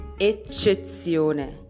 eccezione